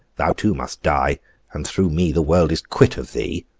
thou too must die and, through me, the world is quit of thee